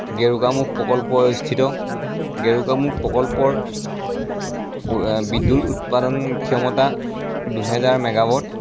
গেৰুকামুখ প্ৰকল্প স্থিত গেৰুকামুখ প্ৰকল্পৰ এ বিদ্যুত উৎপাদন ক্ষমতা দুহেজাৰ মেগাৱাট